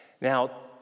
Now